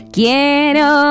Quiero